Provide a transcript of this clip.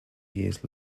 years